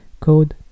code